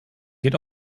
geht